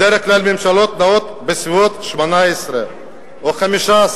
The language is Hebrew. בדרך כלל ממשלות נעות בסביבות ה-18 או ה-15,